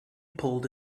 pulled